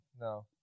No